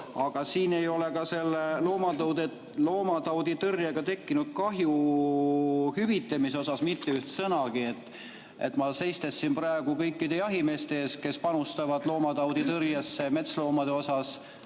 Siin ei ole ka selle loomatauditõrjega tekkinud kahju hüvitamise kohta mitte ühtegi sõna. Ma seisan siin praegu kõikide jahimeeste eest, kes panustavad loomatauditõrjesse metsloomade